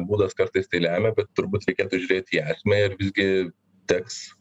būdas kartais tai lemia bet turbūt reikėtų žiūrėti į esmę ir visgi teks